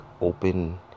open